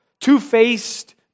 two-faced